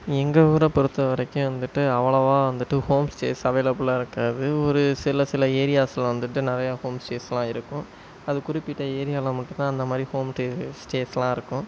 எங்கள் ஊரை பொருத்த வரைக்கும் வந்துவிட்டு அவ்வளவாக வந்துவிட்டு ஹோம் ஸ்டேஸ் அவைலபிளா இருக்காது ஒரு சில சில ஏரியாஸில் வந்துவிட்டு நிறையா ஹோம் ஸ்டேஸ்லாம் இருக்கும் அது குறிப்பிட்ட ஏரியாவில் மட்டும் தான் அந்த மாதிரி ஹோம் ஸ்டே ஸ்டேஸ்லாம் இருக்கும்